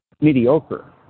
mediocre